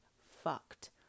fucked